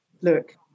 look